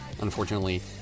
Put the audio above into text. unfortunately